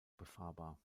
befahrbar